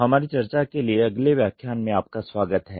हमारी चर्चा के लिए अगले व्याख्यान में आपका स्वागत है